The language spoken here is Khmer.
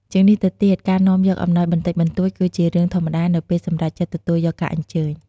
ជាងនេះទៅទៀត ការនាំយកអំណោយបន្តិចបន្តួចគឺជារឿងធម្មតានៅពេលសម្រេចចិត្តទទួលយកការអញ្ជើញ។